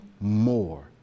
more